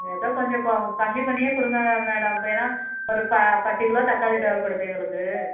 ஏதோ கொஞ்சம் கொ கம்மி பண்ணியே கொடுங்க மேடம் இப்போ ஏன்னா ஒரு ப பத்து கிலோ தக்காளி தேவைப்படுது எங்களுக்கு